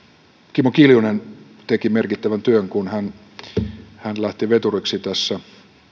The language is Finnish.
kimmo kiljunen teki merkittävän työn kun hän hän lähti veturiksi tässä